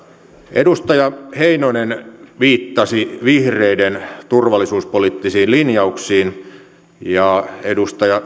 edustaja heinonen viittasi vihreiden turvallisuuspoliittisiin linjauksiin ja edustaja